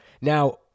Now